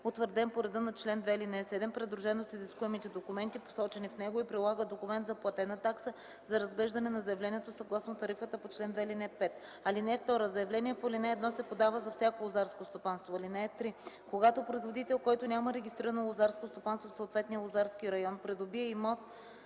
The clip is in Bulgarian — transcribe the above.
утвърден по реда на чл. 2, ал. 7, придружено с изискуемите документи, посочени в него, и прилага документ за платена такса за разглеждане на заявлението съгласно тарифата по чл. 2, ал. 5. (2) Заявление по ал. 1 се подава за всяко лозарско стопанство. (3) Когато производител, който няма регистрирано лозарско стопанство в съответния лозарски район, придобие имот/и